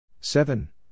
Seven